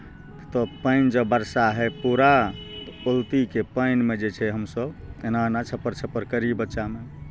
तब पानि जब वर्षा होय पूरा तऽ ओलतीके पानिमे जे छै हमसभ एना एना छपर छपर करियै बच्चामे